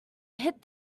hit